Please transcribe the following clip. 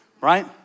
right